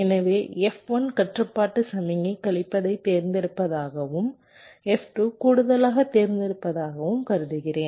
எனவே F1 கட்டுப்பாட்டு சமிக்ஞை கழிப்பதைத் தேர்ந்தெடுப்பதாகவும் F2 கூடுதலாகத் தேர்ந்தெடுப்பதாகவும் கருதுகிறேன்